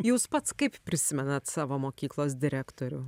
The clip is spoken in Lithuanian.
jūs pats kaip prisimenat savo mokyklos direktorių